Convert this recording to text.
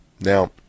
Now